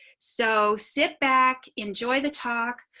so sit back, enjoy the talk,